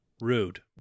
rude